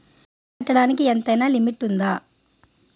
బిల్లులు కట్టడానికి ఎంతైనా లిమిట్ఉందా?